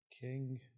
King